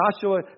Joshua